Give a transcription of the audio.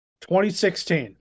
2016